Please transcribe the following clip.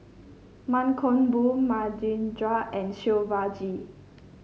Mankombu and Shivaji